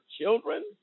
children